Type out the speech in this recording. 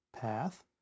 path